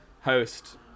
host